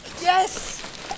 Yes